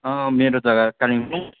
मेरो जग्गा कालिम्पोङ